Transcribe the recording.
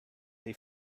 they